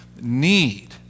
need